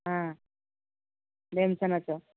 ହାଁ ଢେମ୍ସା ନାଚ